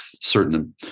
certain